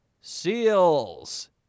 seals